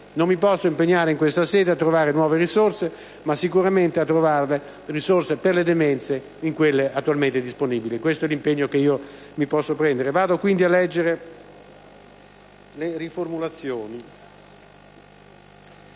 non mi posso impegnare in questa sede a trovare nuovi stanziamenti, ma sicuramente a trovare risorse per le demenze in quelle attualmente disponibili. Questo è l'impegno che posso prendere. Procedo quindi a leggere le riformulazioni